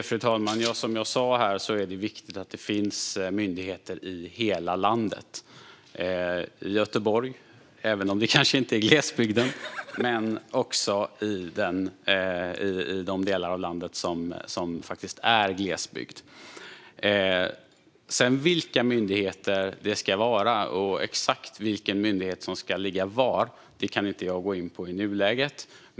Fru talman! Som jag sa är det viktigt att det finns myndigheter i hela landet, till exempel i Göteborg - även om det inte är glesbygd - men också i de delar av landet som faktiskt är glesbygd. Vilka myndigheter det handlar om och exakt vilken myndighet som ska ligga var kan jag inte gå in på i nuläget.